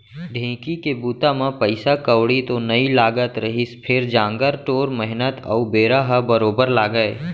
ढेंकी के बूता म पइसा कउड़ी तो नइ लागत रहिस फेर जांगर टोर मेहनत अउ बेरा ह बरोबर लागय